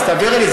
אז תעבירי לי.